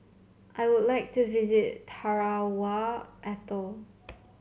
I would like to visit Tarawa Atoll